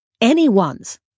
Anyone's